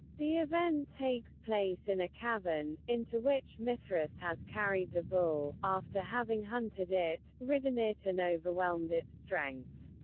the event takes place in a cavern, into which mithras has carried the bull, after having hunted it, ridden it and overwhelmed its strength.